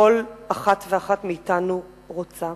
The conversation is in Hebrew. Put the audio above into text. שכל אחת ואחת מאתנו רוצה.